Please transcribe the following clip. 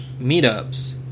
meetups